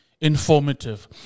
informative